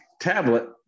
tablet